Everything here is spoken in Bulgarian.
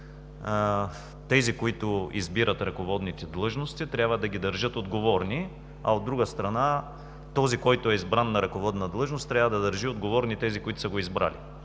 Тези, които избират ръководните длъжности, трябва да ги държат отговорни, а от друга страна, този, който е избран на ръководна длъжност, трябва да държи отговорни тези, които са го избрали.